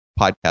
podcast